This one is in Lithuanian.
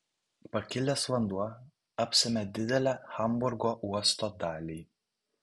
pakilęs vanduo apsėmė didelę hamburgo uosto dalį